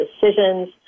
decisions